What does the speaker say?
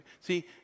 see